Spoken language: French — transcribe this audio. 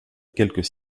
quelques